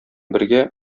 бергә